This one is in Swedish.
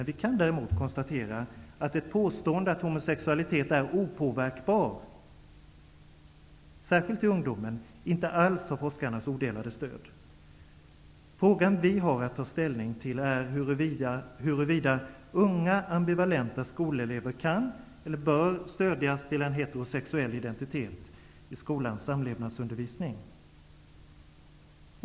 Vi kan däremot konstatera att ett påstående att homosexualitet är opåverkbar, särskilt i ungdomen, inte alls har forskarnas odelade stöd. Den fråga vi har att ta ställning till är huruvida unga ambivalenta skolelever kan eller bör stödjas till en heterosexuell identitet i skolans samlevnadsundervisning.